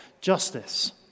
justice